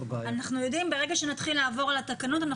ברגע שנתחיל לעבור על התקנות,